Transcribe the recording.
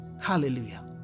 Hallelujah